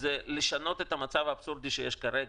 זה לשנות את המצב האבסורדי שיש כרגע.